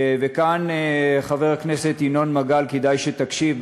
כאן, חבר הכנסת ינון מגל, כדאי שתקשיב.